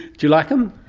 do you like them?